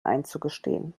einzugestehen